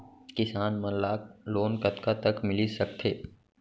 किसान मन ला लोन कतका तक मिलिस सकथे?